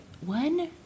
One